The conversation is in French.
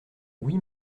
oui